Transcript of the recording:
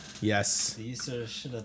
Yes